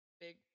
Big